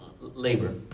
labor